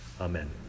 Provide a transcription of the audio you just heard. Amen